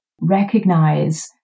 recognize